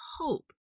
hope